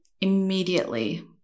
immediately